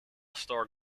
star